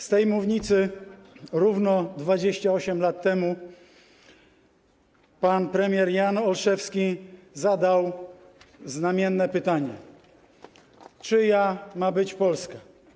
Z tej mównicy równo 28 lat temu pan premier Jan Olszewski zadał znamienne pytanie: Czyja ma być Polska?